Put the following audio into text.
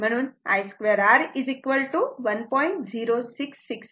म्हणून I2 r 1